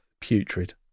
putrid